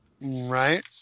Right